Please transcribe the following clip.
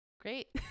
Great